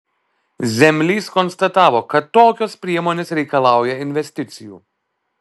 zemlys konstatavo kad tokios priemonės reikalauja investicijų